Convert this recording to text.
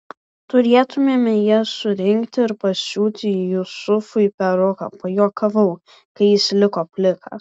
turėtumėme jas surinkti ir pasiūti jusufui peruką pajuokavau kai jis liko plikas